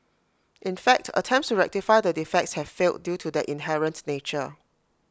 in fact attempts to rectify the defects have failed due to their inherent nature